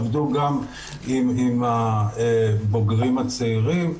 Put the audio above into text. עבדו גם עם הבוגרים הצעירים.